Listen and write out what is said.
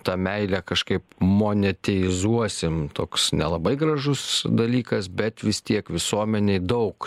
tą meilę kažkaip monetinizuosim toks nelabai gražus dalykas bet vis tiek visuomenei daug